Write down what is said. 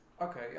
okay